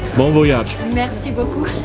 bon voyage. merci beaucoup.